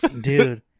Dude